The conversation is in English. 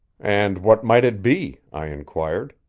and what might it be? i inquired.